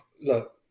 Look